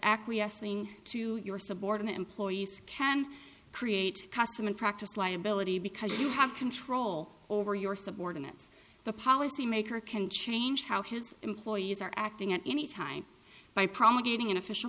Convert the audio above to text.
acquiescing to your subordinate employees can create custom and practice liability because you have control over your subordinates the policy maker can change how his employees are acting at any time by promulgating an official